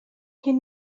hier